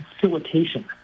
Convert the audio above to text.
facilitation